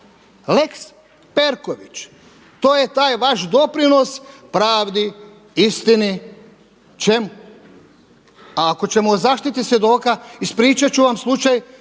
Lex Perković. To je taj vaš doprinos pravdi, istini, čemu? A ako ćemo o zaštiti svjedoka, ispričat ću vam slučaj